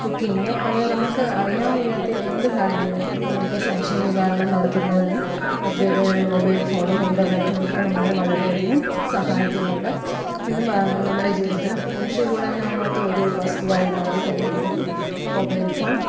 cooking അങ്ങനെ നമുക്ക് അറിയാൻ വയ്യാത്ത എന്ത് കാര്യങ്ങളും നമുക്ക് സംശയനിവാരണം നടത്തുന്നതിന് മൊബി മൊബൈൽ ഫോണും ഇൻറർനെറ്റും ഒക്കെ നമ്മളെ വളരെയധികം സഹായിക്കുന്നുണ്ട് ഇന്ന് നമ്മുടെ ജീവിതത്തിൽ ഒഴിച്ചുകൂടാൻ ആവാത്ത ഒരു വസ്തുവായി മാറി കഴിഞ്ഞിരിക്കുന്നു മൊബൈൽ ഫോൺ